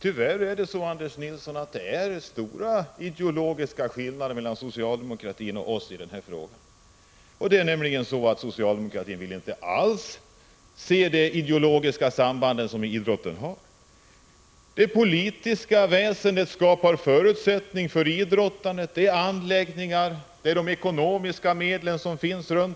Herr talman! Tyvärr, Anders Nilsson, är det stora ideologiska skillnader mellan socialdemokratin och oss i den här frågan. Socialdemokratin vill nämligen inte alls se de ideologiska sambanden med idrotten. Det politiska väsendet skapar förutsättningar för idrottande genom anläggningar och ekonomiska medel till idrotten.